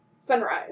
Sunrise